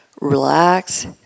relax